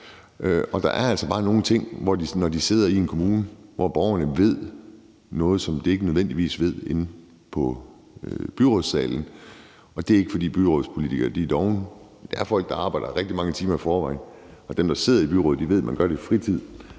Der er altså bare nogle ting i kommunerne, hvor borgerne ved noget, som de ikke nødvendigvis ved inde i byrådssalen. Og det er ikke, fordi byrådspolitikere er dovne; det er folk, der arbejder rigtig mange timer i forvejen, og dem, der sidder i byrådet, gør det i deres fritid,